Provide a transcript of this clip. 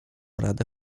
rady